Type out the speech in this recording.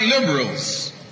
liberals